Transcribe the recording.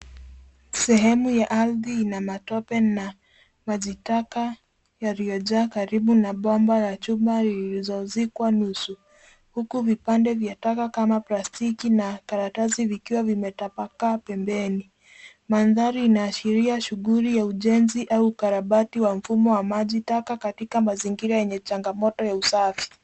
Sehemu ya ardhi ina matope na maji taka yaliyojaa karibu na bomba la chuma lililozikwa nusu huku vipande vya taka kama plastiki na karatasi vikiwa vimetapakaa pembeni. Mandhari inaashiria shughuli ya ujenzi au ukarabati wa mfumo wa maji taka katika mazingira yenye changamoto ya usafi.